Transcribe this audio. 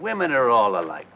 women are all alike